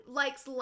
likes